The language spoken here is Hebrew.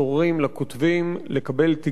לקבל תגמול כלכלי בסיסי.